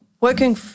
working